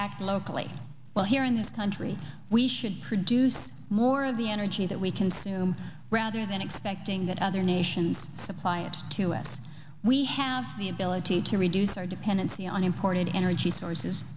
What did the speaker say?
act locally well here in this country we should produce more of the energy that we consume rather than expecting that other nations supply it to us we have the ability to reduce our dependency on imported energy sources